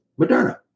Moderna